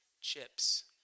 Chips